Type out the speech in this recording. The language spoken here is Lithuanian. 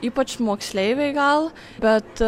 ypač moksleiviai gal bet